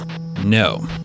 No